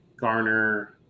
garner